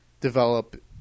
develop